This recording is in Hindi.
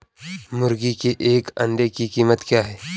मुर्गी के एक अंडे की कीमत क्या है?